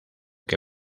que